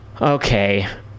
Okay